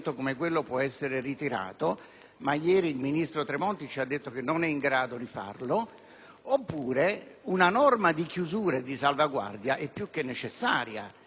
oppure una norma di chiusura e di salvaguardia è più che necessaria e non si capisce come sia possibile chiederne il ritiro.